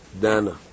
Dana